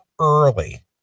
early